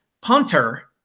punter